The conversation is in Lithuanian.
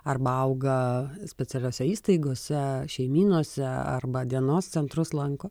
arba auga specialiose įstaigose šeimynose arba dienos centrus lanko